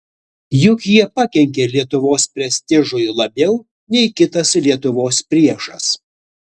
juk jie pakenkė lietuvos prestižui labiau nei kitas lietuvos priešas